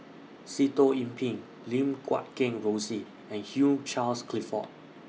Sitoh Yih Pin Lim Guat Kheng Rosie and Hugh Charles Clifford